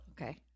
Okay